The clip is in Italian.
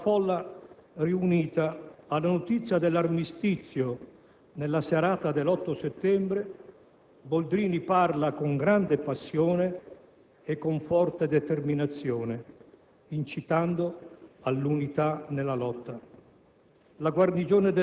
e, alla folla riunita, alla notizia dell'armistizio, nella serata dell'8 settembre, Boldrini parla con grande passione e con forte determinazione, incitando all'unità nella lotta.